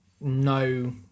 no